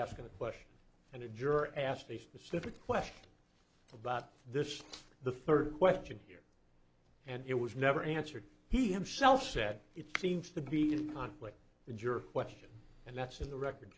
asking a question and a juror asked a specific question about this the third question here and it was never answered he himself said it seems to be a conflict the jury question and that's in the record